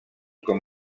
com